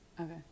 okay